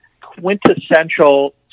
quintessential